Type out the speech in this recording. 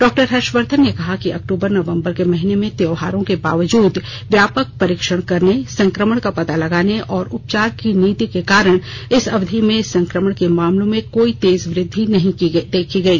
डॉ हर्षवर्धन ने कहा कि अक्तूबर नवम्बर के महीने में त्यौहारों के बावजूद व्यापक परीक्षण करने संक्रमण का पता लगाने और उपचार की नीति के कारण इस अवधि में संक्रमण के मामलों में कोई तेज वृद्धि नहीं देखी गई